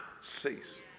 cease